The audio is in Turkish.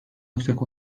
yüksek